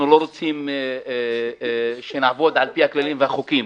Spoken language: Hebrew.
לא רוצים שנעבוד לפי הכללים והחוקים,